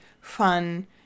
fun